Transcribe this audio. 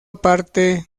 parte